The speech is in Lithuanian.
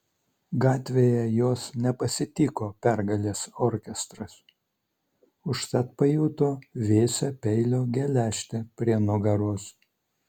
gatvėje jos nepasitiko pergalės orkestras užtat pajuto vėsią peilio geležtę prie nugaros